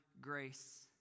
grace